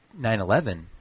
9-11